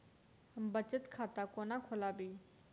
हम बचत खाता कोना खोलाबी?